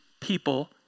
people